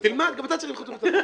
תלמד, גם אתה צריך לחוץ וביטחון.